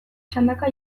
txandaka